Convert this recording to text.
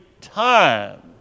time